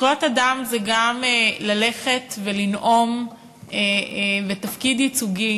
זכויות אדם זה גם ללכת ולנאום בתפקיד ייצוגי